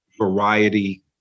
variety